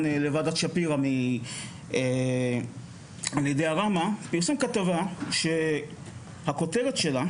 לוועדת שפירא על ידי ראמ"ה כתבה שהכותרת שלה